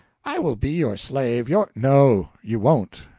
i will be your slave, your no you won't,